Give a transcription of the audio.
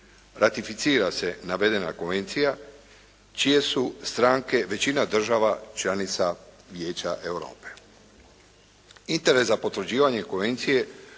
Ratificira se navedena konvencija čije su stranke većina država članica Vijeća Europe. Interes za potvrđivanje konvencije